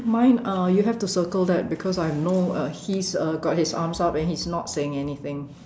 mine uh you have to circle that because I have no uh he's uh got his arms up and he's not saying anything